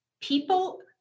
people